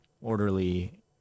orderly